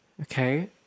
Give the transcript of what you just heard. okay